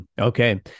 Okay